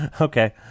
Okay